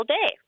Day